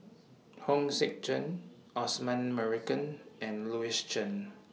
Hong Sek Chern Osman Merican and Louis Chen